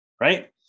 right